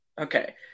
okay